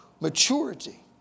Maturity